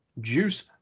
Juice